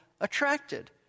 attracted